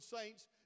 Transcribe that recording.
saints